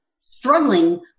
struggling